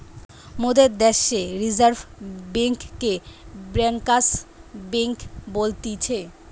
মোদের দ্যাশে রিজার্ভ বেঙ্ককে ব্যাঙ্কার্স বেঙ্ক বলতিছে